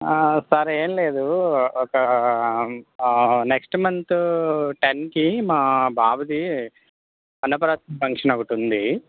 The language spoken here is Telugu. సార్ ఏం లేదు ఒక నెక్స్ట్ మంతు టెన్కి మా బాబుది అన్నప్రాసన ఫంక్షన్ ఒకటి ఉంది